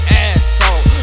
asshole